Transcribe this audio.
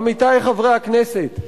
עמיתי חברי הכנסת,